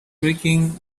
tricking